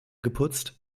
geputzt